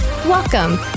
Welcome